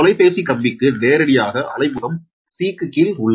தொலைபேசி கம்பிக்கு நேரடியாக அலைமுகம் c க்கு கீழ் உள்ளது